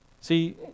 See